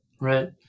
right